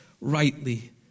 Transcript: rightly